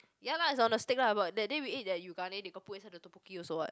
ya lah is on the steak lah but that day we eat that yoogane they got put inside the tteokbokki also what